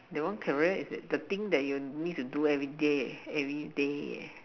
that one career is the the thing you need to do everyday everyday eh